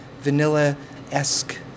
vanilla-esque